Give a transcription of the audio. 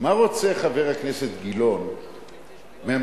מה רוצה חבר הכנסת גילאון מהממשלה?